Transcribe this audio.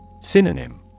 Synonym